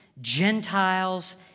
Gentiles